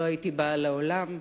לא הייתי באה לעולם.